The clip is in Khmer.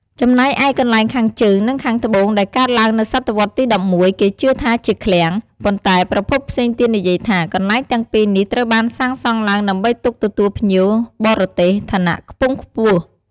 ចំណែកឯកន្លែងខាងជើង និងខាងត្បូងដែលកើតឡើងនៅសតវត្សរ៍ទី១១ គេជឿថាជាឃ្លាំង ប៉ុន្តែប្រភពផ្សេងទៀតនិយាយថាកន្លែងទាំងពីរនេះត្រូវបានសាងសង់ឡើងដើម្បីទុកទទួលភ្ញៀវបរទេសឋានៈខ្ពង់ខ្ពស់។